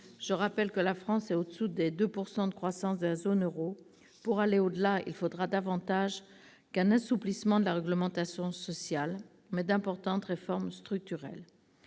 Je rappelle que la France se situe en dessous des 2 % de croissance de la zone euro. Pour aller au-delà, il faudra davantage qu'un assouplissement de la réglementation sociale ; il faudra d'importantes réformes structurelles.